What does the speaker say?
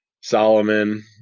Solomon